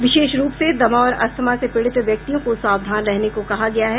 विशेष रूप से दमा और अस्थमा से पीड़ित व्यक्तियों को सावधान रहने को कहा गया है